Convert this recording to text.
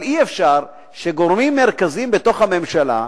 אבל אי-אפשר שגורמים מרכזיים בתוך הממשלה,